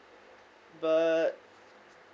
but